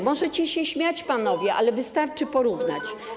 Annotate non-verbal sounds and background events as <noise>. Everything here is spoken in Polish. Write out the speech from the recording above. Możecie się śmiać, panowie, <noise> ale wystarczy porównać.